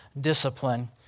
discipline